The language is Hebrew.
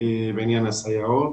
בעניין הסייעות.